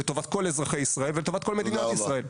לטובת כל אזרחי ישראל ולטובת כל מדינת ישראל.